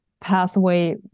pathway